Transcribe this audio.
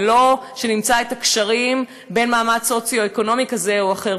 ולא שנמצא את הקשרים עם מעמד סוציואקונומי כזה או אחר.